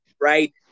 right